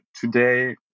today